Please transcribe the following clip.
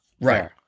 Right